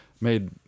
made